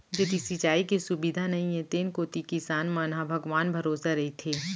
जेती सिंचाई के सुबिधा नइये तेन कोती किसान मन ह भगवान भरोसा रइथें